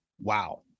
Wow